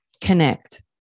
connect